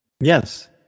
Yes